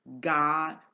God